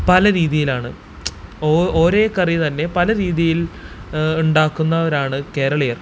പല രീതിയിലാണ് ഒരേ കറി തന്നെ പലരീതിയിൽ ഉണ്ടാക്കുന്നവരാണ് കേരളീയർ